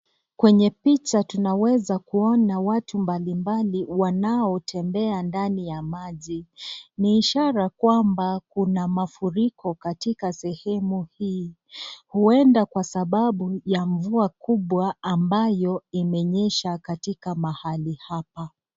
Kwenye picha tunaweza kuona watu mbalimbali wanaotembea ndani ya maji. Ni ishara kwamba kuna mafuriko katika sehemu hii, ueda kwa sababu ya mvua kubwa ambayo imenyesha katika mahali hapa.